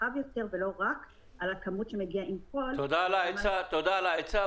רחב יותר ולא רק על הכמות שמגיעה --- תודה על העצה.